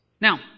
Now